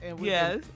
yes